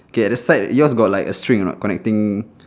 okay at the side yours got like a string or not connecting